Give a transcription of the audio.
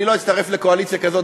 אני לא אצטרף לקואליציה כזאת,